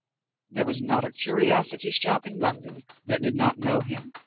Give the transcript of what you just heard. there was not a curiosity shop in london that did not know him,